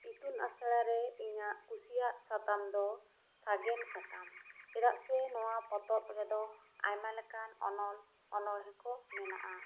ᱤᱛᱩᱱ ᱟᱥᱲᱟ ᱨᱮ ᱤᱧᱟᱜ ᱠᱩᱥᱤᱭᱟᱜ ᱥᱟᱛᱟᱢ ᱫᱚ ᱥᱟᱜᱮᱱ ᱥᱟᱠᱟᱢ ᱪᱮᱫᱟᱜ ᱥᱮ ᱱᱚᱣᱟ ᱯᱚᱛᱚᱵ ᱨᱮᱫᱚ ᱟᱭᱢᱟ ᱞᱮᱠᱟᱱ ᱚᱱᱚᱞ ᱚᱱᱚᱬᱦᱮᱸ ᱠᱚ ᱢᱮᱱᱟᱜᱼᱟ